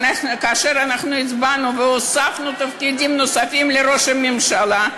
כאשר אנחנו הצבענו והוספנו תפקידים לראש הממשלה,